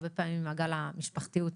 הרבה פעמים ממעגל המשפחתיות,